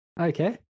Okay